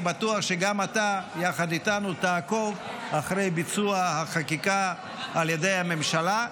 אני בטוח שגם אתה תעקוב יחד איתנו אחרי ביצוע החקיקה על ידי הממשלה.